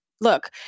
look